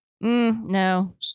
No